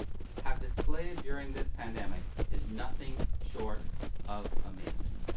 have displayed during this pandemic is nothing short of amazing.